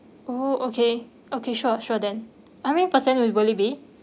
oh okay okay sure sure then how many per cent will it be